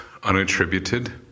unattributed